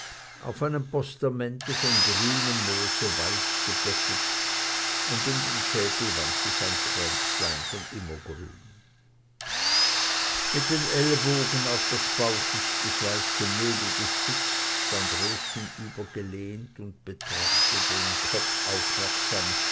auf einem postamente von grünem moose weich gebettet und um den scheitel wand sich ein kränzlein von immergrün mit den ellbogen auf das bauchig geschweifte möbel gestützt stand röschen übergelehnt und betrachtete den kopf aufmerksam